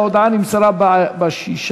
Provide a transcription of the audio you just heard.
ההודעה נמסרה ב-16